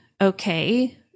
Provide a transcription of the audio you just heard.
okay